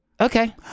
Okay